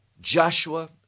Joshua